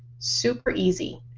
super easy,